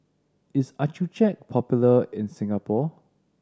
is Accucheck popular in Singapore